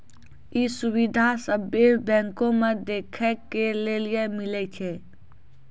इ सुविधा सभ्भे बैंको मे देखै के लेली मिलै छे